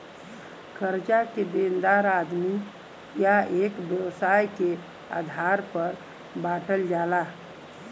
कर्जा के देनदार आदमी या एक व्यवसाय के आधार पर बांटल जाला